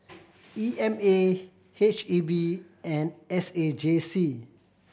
E M A H E B and S A J C